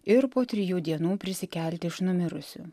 ir po trijų dienų prisikelti iš numirusių